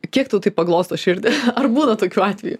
kiek tau tai paglosto širdį ar būna tokių atvejų